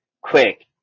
quick